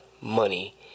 money